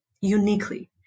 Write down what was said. uniquely